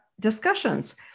discussions